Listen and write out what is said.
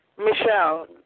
Michelle